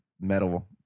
metal